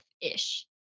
ish